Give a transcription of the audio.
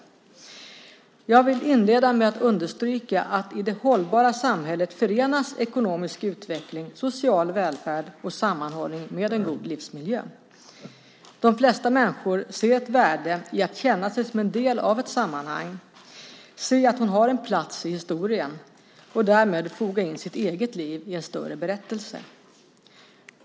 Jag vill inleda med att understryka att i det hållbara samhället förenas ekonomisk utveckling, social välfärd och sammanhållning med en god livsmiljö. De flesta människor ser ett värde i att känna sig som en del av ett sammanhang, se att de har en plats i historien och därmed foga in sitt eget liv i en större berättelse.